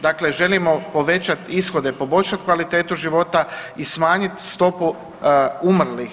Dakle, želimo povećati ishode, poboljšati kvalitetu života i smanjiti stopu umrlih.